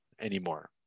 anymore